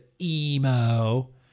emo